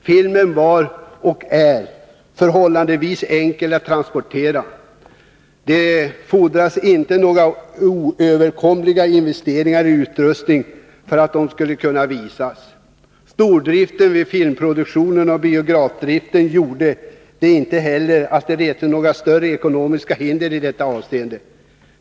Filmerna var och är förhållandevis enkla att transportera. Det fordrades inte några oöverkomliga investeringar i utrustning för att de skulle kunna visas. Stordriften vid filmproduktion och 53 biografdrift gjorde att det inte heller restes några större ekonomiska hinder i detta avseende.